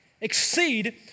exceed